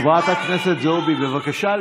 לא הבנתי מה היא רוצה, חברת הכנסת זועבי, תמשיכי.